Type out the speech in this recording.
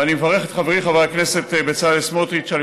ואני מברך את חברי חבר הכנסת בצלאל סמוטריץ על